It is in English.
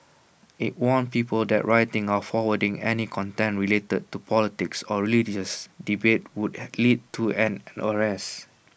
IT warned people that writing or forwarding any content related to politics or religious debates would lead to an